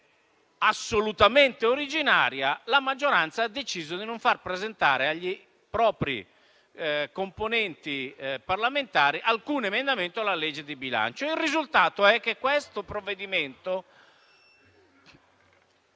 assolutamente originaria, la maggioranza ha deciso di non far presentare ai propri componenti parlamentari emendamenti alla legge di bilancio. Il risultato è che il provvedimento